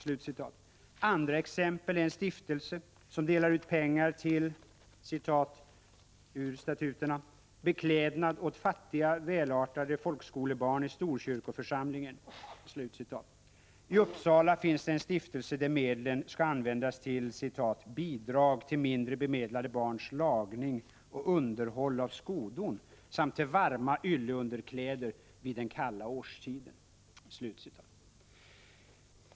Ett annat exempel är en stiftelse som delar ut pengar för ”beklädnad åt fattiga, välartade folkskolebarn i Storkyrkoförsamlingen”. I Uppsala finns det en stiftelse där medlen skall användas till ”bidrag till mindre bemedlade barns lagning och underhåll av skodon samt till varma ylleunderkläder vid den kalla årstiden”.